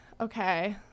Okay